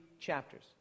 chapters